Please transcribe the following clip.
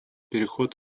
переход